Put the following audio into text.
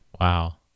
Wow